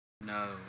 No